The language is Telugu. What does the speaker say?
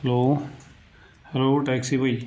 hello hello taxi Bhai